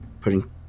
putting